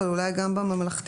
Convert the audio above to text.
אבל אולי גם בממלכתי-דתי,